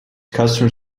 customer